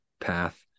path